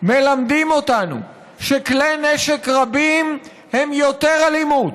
מלמדים אותנו שכלי נשק רבים הם יותר אלימות,